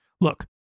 Look